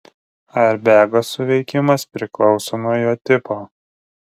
airbego suveikimas priklauso nuo jo tipo